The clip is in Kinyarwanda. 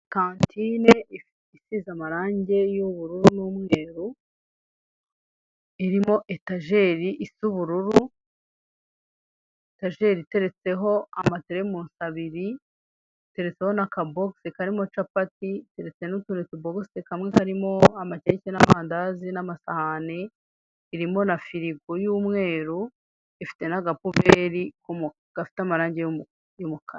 Kantine isize amarange y'ubururu n'umweru irimo itajeri isa ubururu, itajeri iteretseho amateremusi abiri, iteretseho naka bogisi karimo capati ndetse nutundi tu bogisi kamwe karimo ama keke n'amandazi n'amasahani. Irimo na firigo y'umweru ifite naga puberi(dustbin) gafite amarangi y'umukara.